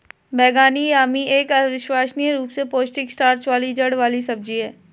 बैंगनी यामी एक अविश्वसनीय रूप से पौष्टिक स्टार्च वाली जड़ वाली सब्जी है